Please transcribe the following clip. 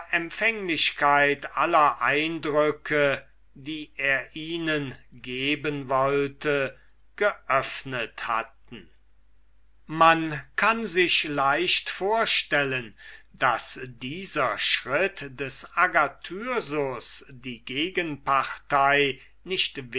empfänglichkeit aller eindrücke die er ihnen geben wollte geöffnet hatten man kann sich leicht vorstellen daß dieser schritt des agathyrsus die gegenpartei nicht